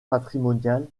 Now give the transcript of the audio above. patrimoniale